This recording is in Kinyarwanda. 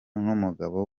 n’umugabo